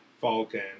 Falcon